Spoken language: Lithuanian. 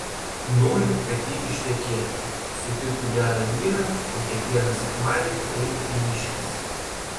noriu kad ji ištekėtų sutiktų gerą vyrą ir kiekvieną sekmadienį eitų į mišias